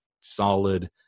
solid